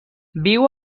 viu